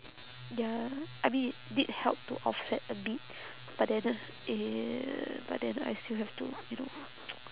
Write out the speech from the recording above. ya I mean it did help to offset a bit but then uh eh but then I still have to you know